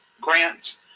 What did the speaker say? grants